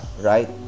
right